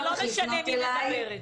זה לא משנה מי מדברת.